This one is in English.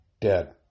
dead